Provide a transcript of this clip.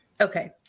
Okay